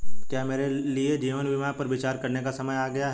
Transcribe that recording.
क्या मेरे लिए जीवन बीमा पर विचार करने का समय आ गया है?